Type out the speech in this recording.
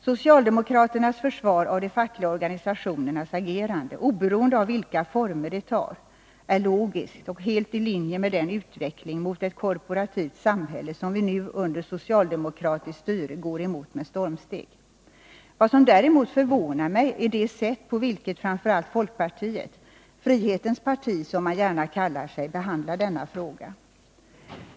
Socialdemokraternas försvar av de fackliga organisationernas agerande, oberoende av vilka former det tar, är logiskt och helt i linje med den utveckling mot ett korporativt samhälle som vi nu under socialdemokratiskt styre går emot med stormsteg. Vad som däremot förvånar mig är det sätt på vilket framför allt folkpartiet — frihetens parti som man gärna kallar sig — behandlar denna fråga.